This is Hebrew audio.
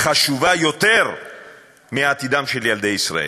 חשובה יותר מעתידם של ילדי ישראל.